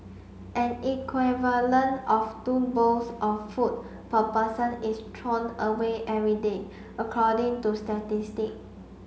an equivalent of two bowls of food per person is thrown away every day according to statistic